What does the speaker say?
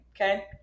Okay